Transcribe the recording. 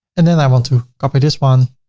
and then i want to copy this one